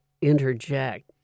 interject